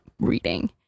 reading